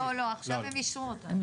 לא, לא, עכשיו הם אישרו אותם.